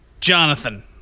Jonathan